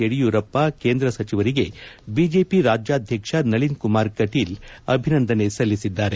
ಯಡಿಯೂರಪ್ಪ ಕೇಂದ್ರ ಸಚಿವರಿಗೆ ಬಿಜೆಪಿ ರಾಜ್ಕಾಧ್ಯಕ್ಷ ನಳಿನ್ ಕುಮಾರ್ ಕಟೀಕ್ ಅಭಿನಂದನೆ ಸಲ್ಲಿಸಿದ್ದಾರೆ